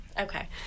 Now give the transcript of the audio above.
Okay